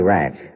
Ranch